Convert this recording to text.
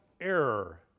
error